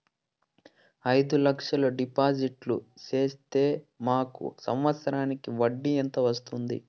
అయిదు లక్షలు డిపాజిట్లు సేస్తే మాకు సంవత్సరానికి వడ్డీ ఎంత వస్తుంది?